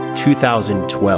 2012